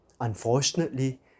Unfortunately